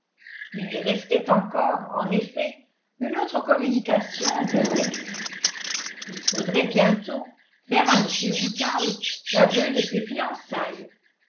il lui restait encore en effet une autre communication en perspective il faudrait bientôt faire à m woodhouse l'aveu de ses fiançailles